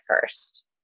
first